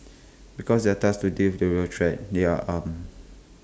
because they are tasked to deal with real threats they are armed